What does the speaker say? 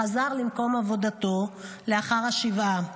חזר למקום עבודתו לאחר השבעה,